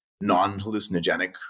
non-hallucinogenic